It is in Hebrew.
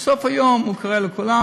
בסוף היום הוא קורא לכולם,